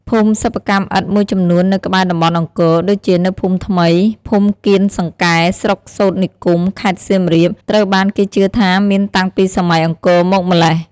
ភូមិសិប្បកម្មឥដ្ឋមួយចំនួននៅក្បែរតំបន់អង្គរ ដូចជានៅភូមិថ្មី ឃុំកៀនសង្កែ ស្រុកសូទ្រនិគម ខេត្តសៀមរាប ត្រូវបានគេជឿថាមានតាំងពីសម័យអង្គរមកម្ល៉េះ។